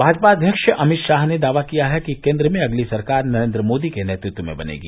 भाजपा अध्यक्ष अमित शाह ने दावा किया है कि केन्द्र में अगली सरकार नरेन्द्र मोदी के नेतृत्व में बनेगी